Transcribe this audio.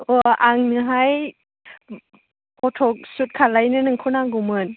अ आंनोहाय photo shoot खालामनो नोंखौ नांगौमोन